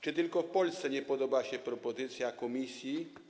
Czy tylko Polsce nie podoba się propozycja Komisji?